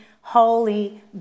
holy